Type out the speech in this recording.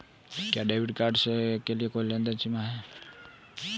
क्या debit card के लिए कोई लेनदेन सीमा है?